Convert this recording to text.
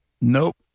Nope